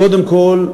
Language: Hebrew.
קודם כול,